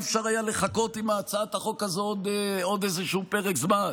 היה אפשר לחכות עם הצעת החוק הזאת עוד איזשהו פרק זמן?